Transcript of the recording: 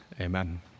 amen